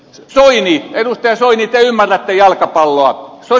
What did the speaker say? edustaja soini te ymmärrätte jalkapalloa